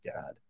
God